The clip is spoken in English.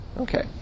Okay